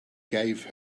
gave